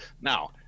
now